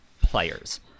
players